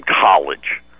college